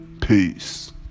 Peace